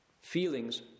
feelings